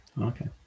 Okay